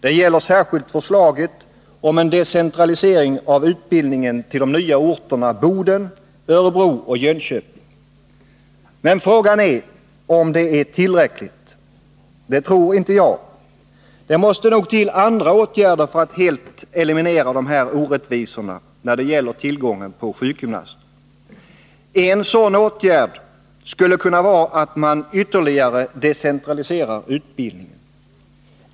Det gäller särskilt förslaget om en decentralisering av utbildningen till de nya orterna Boden, Örebro och Jönköping. Men frågan är om detta är tillräckligt. Jag tror inte det. Det måste nog till andra åtgärder för att helt eliminera orättvisorna när det gäller | tillgången på sjukgymnaster. En sådan åtgärd skulle kunna vara att | ytterligare decentralisera utbildningen.